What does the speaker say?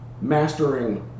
mastering